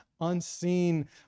unseen